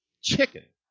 chicken